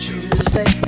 Tuesday